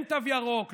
כן תו ירוק,